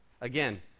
Again